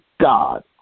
God